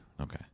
Okay